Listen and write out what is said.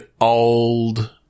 old